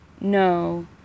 no